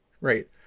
Right